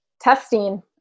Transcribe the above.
testing